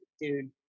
dude